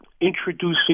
introducing